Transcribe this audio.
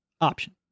option